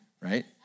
right